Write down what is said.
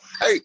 Hey